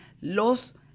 los